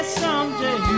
someday